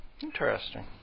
interesting